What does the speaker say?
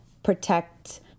Protect